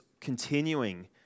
continuing